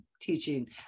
teaching